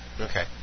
Okay